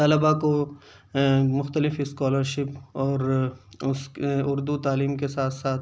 طلباء کو مخلتف اسکالرشپ اور اس اردو تعلیم کے ساتھ ساتھ